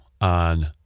on